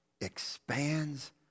expands